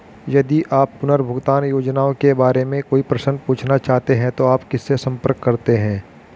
यदि आप पुनर्भुगतान योजनाओं के बारे में कोई प्रश्न पूछना चाहते हैं तो आप किससे संपर्क करते हैं?